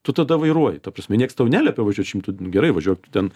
tu tada vairuoji ta prasme nieks tau neliepia važiuot šimtu gerai važiuok tu ten